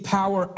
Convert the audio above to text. power